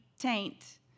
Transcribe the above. taint